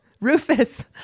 Rufus